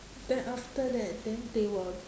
then after that then they will